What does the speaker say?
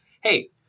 hey